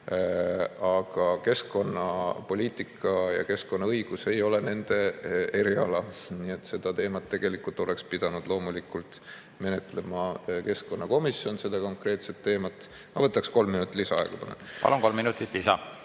aga keskkonnapoliitika ja keskkonnaõigus ei ole nende eriala. Nii et seda teemat oleks pidanud loomulikult menetlema keskkonnakomisjon, seda konkreetset teemat. Ma võtaksin kolm minutit lisaaega. Palun, kolm minutit lisa!